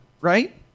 right